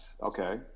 okay